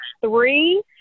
three